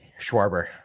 Schwarber